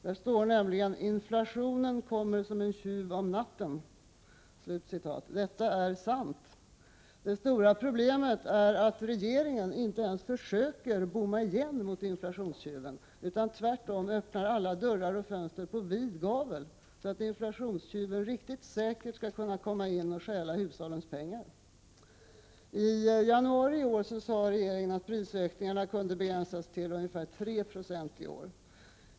Där står nämligen: ”Inflationen kommer som en tjuv om natten.” Detta är sant. Det stora problemet är att regeringen inte ens försöker bomma igen mot inflationstjuven utan öppnar tvärtom alla dörrar och fönster på vid gavel, så att inflationstjuven riktigt säkert skall kunna komma in och stjäla hushållens pengar. I januari sade regeringen att prisökningarna i år kunde begränsas till ungefär 3 26.